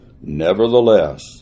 Nevertheless